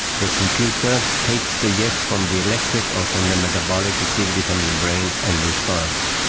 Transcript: the computer takes the yes from the electric or from the metabolic activity from the um brain and responds.